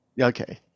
okay